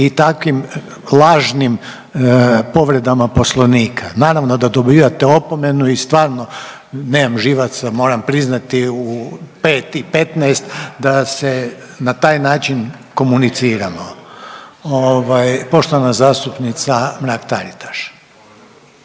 i takvim lažnim povredama Poslovnika. Naravno da dobivate opomenu i stvarno nemam živaca moram priznati u 5 i 15 da se na taj način komuniciramo. Ovaj poštovana zastupnica Mrak-Taritaš.